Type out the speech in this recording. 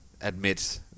admit